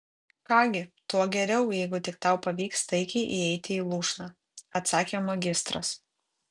ką gi tuo geriau jeigu tik tau pavyks taikiai įeiti į lūšną atsakė magistras